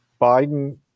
Biden